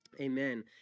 Amen